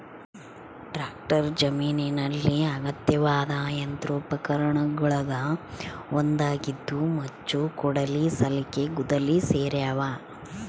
tractor ಜಮೀನಿನಲ್ಲಿ ಅಗತ್ಯವಾದ ಯಂತ್ರೋಪಕರಣಗುಳಗ ಒಂದಾಗಿದೆ ಮಚ್ಚು ಕೊಡಲಿ ಸಲಿಕೆ ಗುದ್ದಲಿ ಸೇರ್ಯಾವ